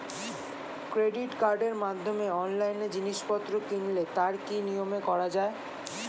Credit কার্ডের মাধ্যমে অনলাইনে জিনিসপত্র কিনলে তার কি নিয়মে করা যায়?